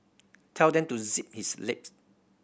tell to zip his lips